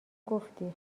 گفتی